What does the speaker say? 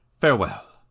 farewell